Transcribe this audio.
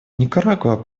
никарагуа